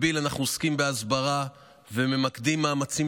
במקביל אנחנו עוסקים בהסברה וממקדים מאמצים